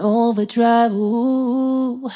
overdrive